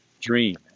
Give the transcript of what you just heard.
dream